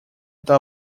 это